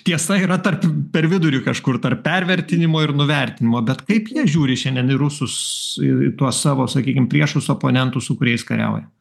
tiesa yra tarp per vidurį kažkur tarp pervertinimo ir nuvertinimo bet kaip jie žiūri šiandien į rusus į tuos savo sakykim priešus oponentus su kuriais kariauja